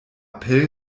appell